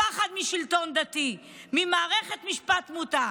פחד משלטון דתי, ממערכת משפט מוטה,